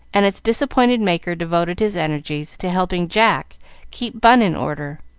and its disappointed maker devoted his energies to helping jack keep bun in order